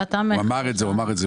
הוא אמר את זה מראש.